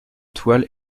toile